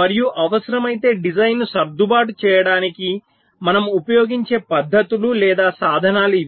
మరియు అవసరమైతే డిజైన్ను సర్దుబాటు చేయడానికి మనము ఉపయోగించే పద్ధతులు లేదా సాధనాలు ఇవి